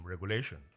regulation